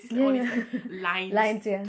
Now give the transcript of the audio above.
ya ya lines ya